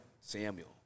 Samuel